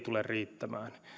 tule riittämään